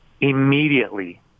immediately